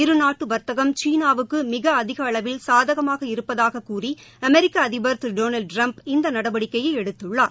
இருநாட்டு வர்த்தகம் சீனாவுக்கு மிக அதிக அளவில் சாதகமாக இருபபதாகக் கூறி அமெிக்க அதிபர் திரு டொனால்டு ட்டிரம்ப் இந்த நடவடிக்கையை எடுத்துள்ளார்